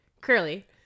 curly